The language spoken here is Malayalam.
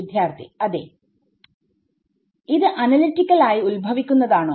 വിദ്യാർത്ഥി അതേ ഇത് അനലിറ്റിക്കൽ ആയി ഉത്ഭവിക്കുന്നതാണോ